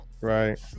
Right